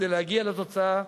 כדי להגיע לתוצאה